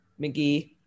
McGee